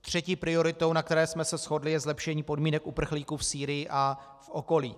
Třetí prioritou, na které jsme se shodli, je zlepšení podmínek uprchlíků v Sýrii a v okolí.